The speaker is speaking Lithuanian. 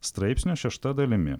straipsnio šešta dalimi